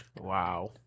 Wow